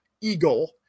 Eagle